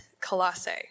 Colossae